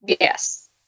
Yes